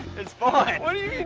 it's fine what do you